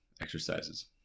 exercises